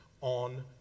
on